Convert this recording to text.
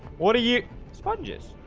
what are you sponges?